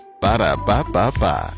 Ba-da-ba-ba-ba